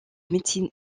médecine